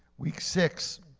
we six,